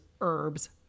herbs